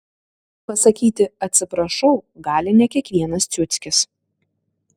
pasakyti atsiprašau gali ne kiekvienas ciuckis